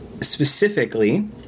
specifically